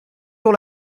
dans